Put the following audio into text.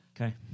Okay